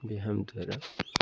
ବ୍ୟାୟାମ ଦ୍ୱାରା